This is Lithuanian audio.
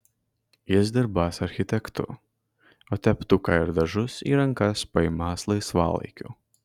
jis dirbąs architektu o teptuką ir dažus į rankas paimąs laisvalaikiu